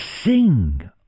sing